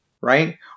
right